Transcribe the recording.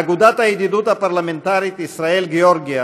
אגודת הידידות הפרלמנטרית ישראל-גיאורגיה,